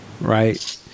right